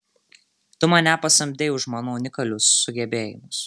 tu mane pasamdei už mano unikalius sugebėjimus